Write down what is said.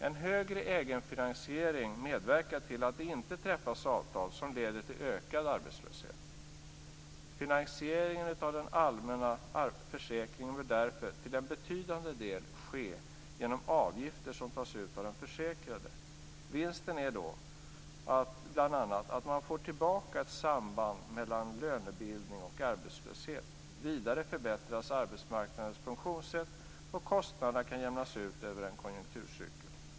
En högre egenfinansiering medverkar till att det inte träffas avtal som leder till ökad arbetslöshet. Finansieringen av den allmänna försäkringen bör därför till en betydande del ske genom avgifter som tas ut av den försäkrade. Vinsten är då bl.a. att man får tillbaka ett samband mellan lönebildning och arbetslöshet. Vidare förbättras arbetsmarknadens funktionssätt och kostnaderna kan jämnas ut över en konjunkturcykel.